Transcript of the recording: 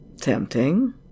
Tempting